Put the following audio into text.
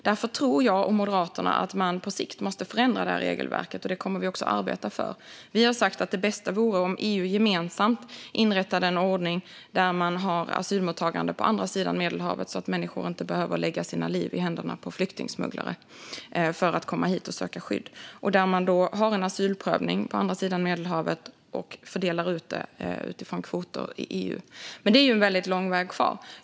Därför tror jag och Moderaterna att man på sikt måste förändra regelverket, och det kommer vi att arbeta för. Vi har sagt att det bästa vore om EU gemensamt inrättade en ordning där man har asylmottagande på andra sidan Medelhavet, så att människor inte behöver lägga sina liv i händerna på flyktingsmugglare för att komma hit och söka skydd. Man skulle genomföra asylprövning på andra sidan Medelhavet och fördela ut det utifrån kvoter i EU. Men dit är det lång väg kvar.